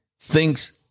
thinks